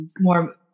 more